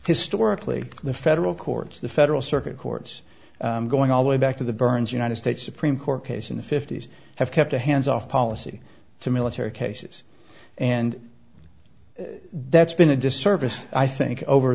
historically the federal courts the federal circuit courts going all the way back to the burns united states supreme court case in the fifty's have kept a hands off policy to military cases and that's been a disservice i think over